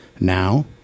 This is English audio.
Now